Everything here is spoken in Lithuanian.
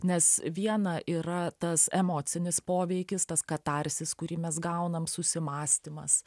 nes viena yra tas emocinis poveikis tas katarsis kurį mes gaunam susimąstymas